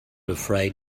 afraid